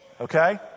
Okay